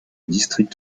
district